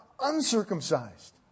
uncircumcised